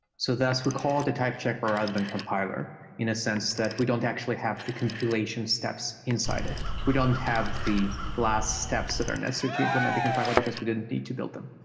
so that's we call the type checker other than compiler in a sense that we don't actually have the compilation steps inside it. we don't have the last steps that are necessary to implement the compiler because we didn't need to build them.